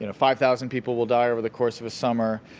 and five thousand people will die over the course of a summer.